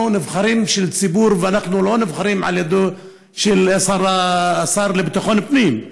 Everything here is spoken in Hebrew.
נבחרים של ציבור ואנחנו לא נבחרים על ידי השר לביטחון פנים,